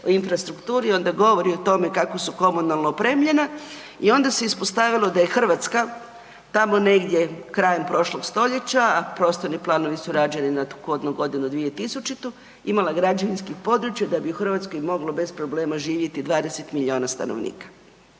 o infrastrukturi onda govori o tome kako su komunalno opremljena i onda se ispostavilo da je Hrvatska tamo negdje krajem prošlog stoljeća, a prostorni planovi su rađeni na kodnu godinu 2000. imala građevinskih područja da bi u Hrvatskoj moglo bez problema živjeti 20 milijuna stanovnika.